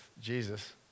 Jesus